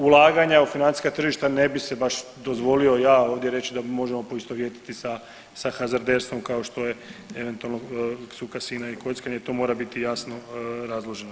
Ulaganja u financijska tržišta ne bi se baš dozvolio ja ovdje reći da možemo poistovjetiti sa hazarderstvom kao što je eventualno su kasina i kockanje i to mora biti jasno razloženo.